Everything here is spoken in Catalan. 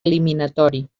eliminatori